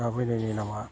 बैनायनि नामा